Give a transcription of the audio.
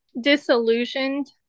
disillusioned